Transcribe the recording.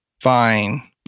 Fine